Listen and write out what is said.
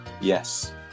yes